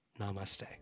Namaste